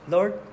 Lord